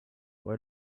why